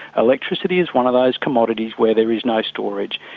electricity is one of those commodities where there is no storage.